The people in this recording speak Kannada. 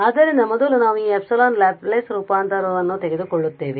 ಆದ್ದರಿಂದ ಮೊದಲು ನಾವು ಈ ε ಲ್ಯಾಪ್ಲೇಸ್ ರೂಪಾಂತರವನ್ನು ತೆಗೆದುಕೊಳ್ಳುತ್ತೇವೆ